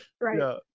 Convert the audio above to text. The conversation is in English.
right